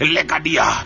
Legadia